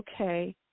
okay